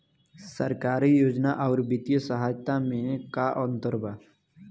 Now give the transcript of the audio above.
सरकारी योजना आउर वित्तीय सहायता के में का अंतर बा?